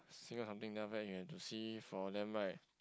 something then after that you have to see for them right